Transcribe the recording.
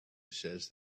says